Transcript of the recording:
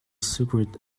secret